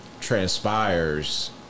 transpires